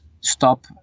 stop